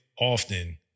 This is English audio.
often